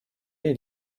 est